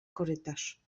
korytarz